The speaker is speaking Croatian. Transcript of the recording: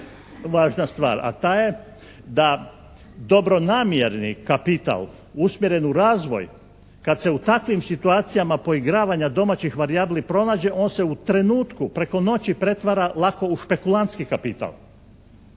važna stvar, a ta je da dobronamjerni kapital usmjeren u razvoj, kad se u takvim situacijama poigravanja domaćih varijabli pronađe on se u trenutku preko noći pretvara lako u špekulantski kapital.